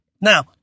Now